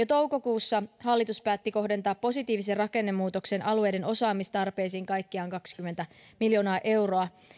toukokuussa hallitus päätti kohdentaa positiivisen rakennemuutoksen alueiden osaamistarpeisiin kaikkiaan kaksikymmentä miljoonaa euroa